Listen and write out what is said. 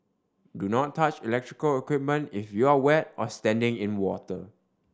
do not touch electrical equipment if you are wet or standing in water